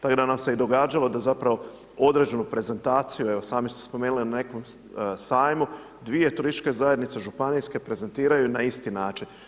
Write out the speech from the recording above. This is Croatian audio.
Tak da nam se i događalo da zapravo određenu prezentaciju, evo samo ste spomenuli na nekom sajmu, dvije turističke zajednice županijske prezentiraju na isti način.